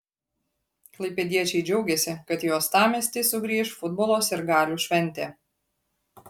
klaipėdiečiai džiaugėsi kad į uostamiestį sugrįš futbolo sirgalių šventė